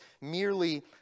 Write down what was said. merely